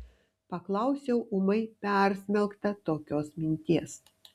paklausiau ūmai persmelkta tokios minties